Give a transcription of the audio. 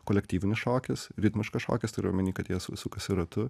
kolektyvinis šokis ritmiškas šokis turiu omeny kad jie sukasi ratu